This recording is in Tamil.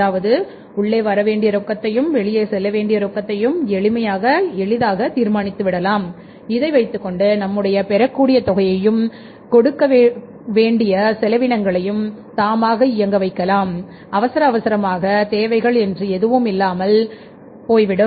அதாவது உள்ளே வர வேண்டி ரொக்கத்தையும் வெளியே செல்லவேண்டிய ரொக்கத்தையும் எளிமையாக தீர்மானித்து விடலாம் இதை வைத்துக்கொண்டு நம்முடைய பெறக்கூடிய தொகையையும் கொடுக்கக்கூடிய செலவினங்களையும் தாமாக இயங்க வைக்கலாம் அவசரமாக அவசரத் தேவைகள் என்று எதுவும் இல்லாமல் போய்விடும்